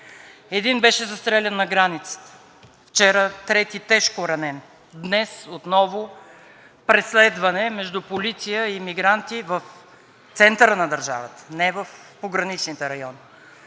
Един беше застрелян на границата, вчера трети – тежко ранен. Днес отново преследване между полиция и мигранти в центъра на държавата, не в пограничните райони.